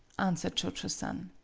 answered cho-cho-san.